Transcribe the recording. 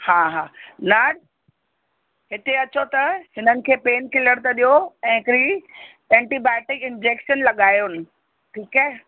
हा हा नर्स हिते अचो त हिननि खे पेनकिलर त ॾियो ऐं हिकिड़ी ऐंटीबायोटिक इंजैक्शन लॻायोनि ठीकु आहे